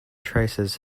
traces